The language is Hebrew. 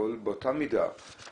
בלהילחם על בריאות הציבור,